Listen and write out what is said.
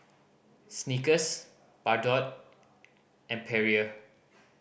Snickers Bardot and Perrier